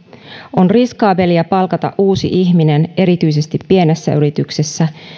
on riskaabelia palkata uusi ihminen erityisesti pienessä yrityksessä